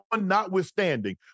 notwithstanding